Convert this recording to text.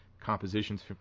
Compositions